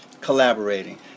collaborating